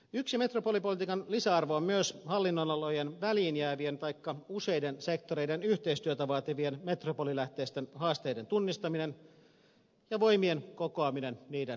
yksi metropolipolitiikan lisäarvo on myös hallinnonalojen väliin jäävien taikka useiden sektoreiden yhteistyötä vaativien metropolilähteisten haasteiden tunnistaminen ja voimien kokoaminen niiden ratkaisemiseksi